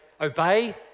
obey